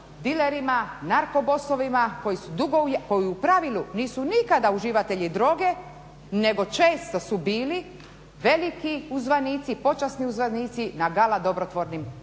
dilerima, narko bossovima koji u pravilu nisu nikada uživatelji droge nego često su bili veliki uzvanici, počasni uzvanici na gala dobrotvornim